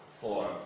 Four